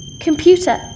Computer